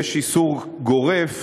יש איסור גורף